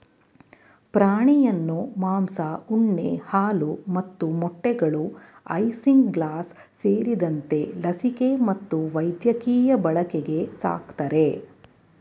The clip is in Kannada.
ಪ್ರಾಣಿಯನ್ನು ಮಾಂಸ ಉಣ್ಣೆ ಹಾಲು ಮತ್ತು ಮೊಟ್ಟೆಗಳು ಐಸಿಂಗ್ಲಾಸ್ ಸೇರಿದಂತೆ ಲಸಿಕೆ ಮತ್ತು ವೈದ್ಯಕೀಯ ಬಳಕೆಗೆ ಸಾಕ್ತರೆ